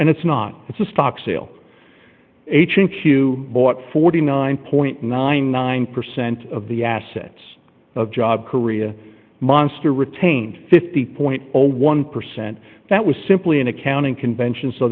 and it's not it's a stock sale a chink you thought forty nine point nine nine percent of the assets of job korea monster retained fifty point one percent that was simply an accounting convention so